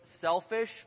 selfish